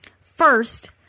First